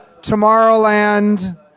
Tomorrowland